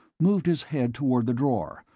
moved his head toward the drawer,